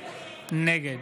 נגד